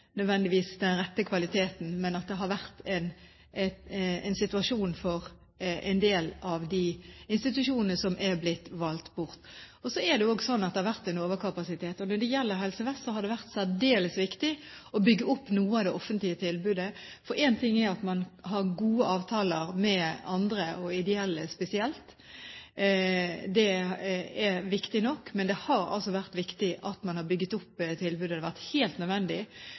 nødvendigvis hadde den rette kvaliteten, men at det har vært en situasjon for en del av de institusjonene som er blitt valgt bort. Så er det også slik at det har vært en overkapasitet. Når det gjelder Helse Vest, har det vært særdeles viktig å bygge opp noe av det offentlige tilbudet. For én ting er at man har gode avtaler med andre, og spesielt med ideelle, det er viktig nok, men det har altså vært viktig at man har bygget opp tilbudet. Det har vært helt nødvendig,